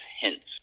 hints